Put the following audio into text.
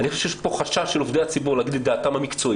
אני חושב שיש פה חשש של עובדי הציבור ולהגיד את דעתם המקצועית.